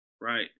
right